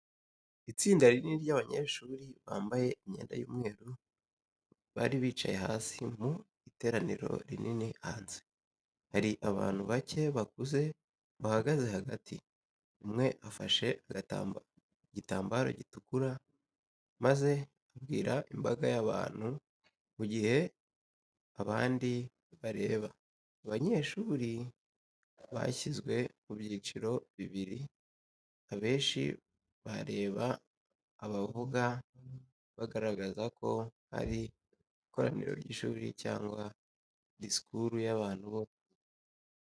Itsinda rinini ry'abanyeshuri bambaye imyenda y'umweru bari bicaye hasi mu iteraniro rinini hanze. Hari abantu bake bakuze bahagaze hagati, umwe afashe igitambaro gitukura maze abwira imbaga y'abantu, mu gihe abandi bareba. Abanyeshuri bashyizwe mu byiciro bibiri, abenshi bareba abavuga, bagaragaza ko hari ikoraniro ry'ishuri cyangwa disikuru y'abantu bose.